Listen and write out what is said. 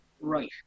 Right